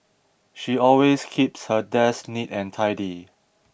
she always keeps her desk neat and tidy